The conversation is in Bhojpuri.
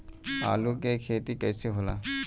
आलू के खेती कैसे होला?